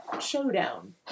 showdown